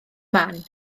man